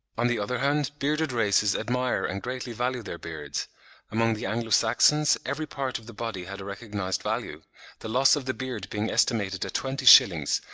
on the other hand, bearded races admire and greatly value their beards among the anglo-saxons every part of the body had a recognised value the loss of the beard being estimated at twenty shillings,